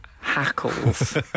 hackles